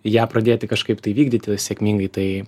ją pradėti kažkaip tai vykdyti sėkmingai tai